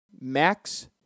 Max